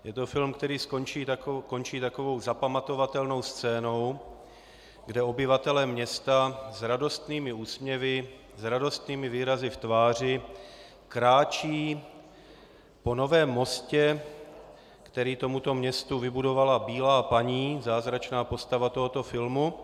Je to film, který končí takovou zapamatovatelnou scénou, kde obyvatelé města s radostnými úsměvy, s radostnými výrazy ve tváři, kráčejí po novém mostě, který tomuto městu vybudovala Bílá paní, zázračná postava tohoto filmu.